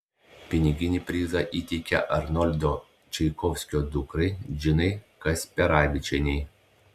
piniginį prizą įteikė arnoldo čaikovskio dukrai džinai kasperavičienei